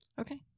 Okay